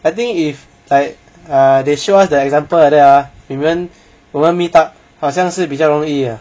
I think if they like err they show us the example like that ah 你们我们 meet up 好像是比较容易 ah